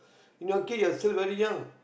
you know kid you're still very young